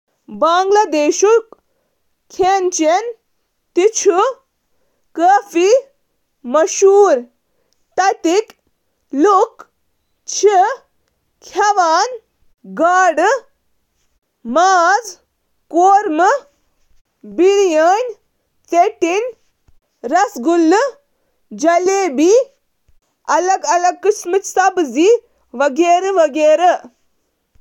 توٚمُل چھُ بنٛگلہ دیشُک اَہَم کھٮ۪ن، ییٚلہِ زن بنٛگلہ دیشَس منٛز گاڈٕ پروٹینُک ساروِی کھۄتہٕ عام ذٔریعہٕ چھُ۔ بنٛگلہ دیشی رنٛنَس منٛز چھِ کُلٮ۪ن پٮ۪ٹھ مبنی 250 چیٖز۔ سرسُک تیٖلُک استعمال چھُ عام۔